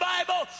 Bible